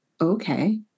okay